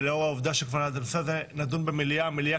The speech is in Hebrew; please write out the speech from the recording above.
ולאור העובדה שהנושא הזה כבר נדון במליאה והמליאה